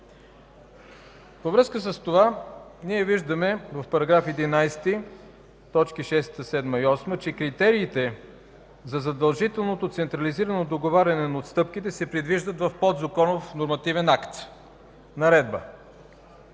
Във връзка с това ние виждаме в § 11, точки 6, 7 и 8, че критериите за задължителното централизирано договаряне на отстъпките се предвиждат в подзаконов нормативен акт – наредба.